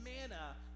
manna